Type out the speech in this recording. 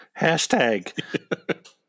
Hashtag